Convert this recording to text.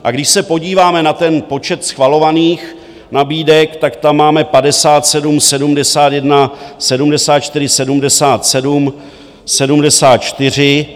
A když se podíváme na počet schvalovaných nabídek, tak tam máme 57, 71, 74, 77, 74.